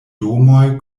domoj